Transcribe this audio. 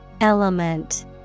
Element